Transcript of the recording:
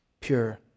pure